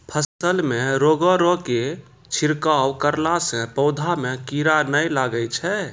फसल मे रोगऽर के छिड़काव करला से पौधा मे कीड़ा नैय लागै छै?